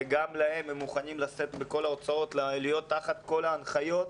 מוכנים לשאת בכל ההוצאות ולהיות תחת כל ההנחיות.